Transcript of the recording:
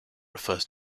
refers